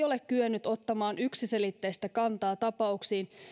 ole kyennyt ottamaan yksiselitteistä kantaa tapauksiin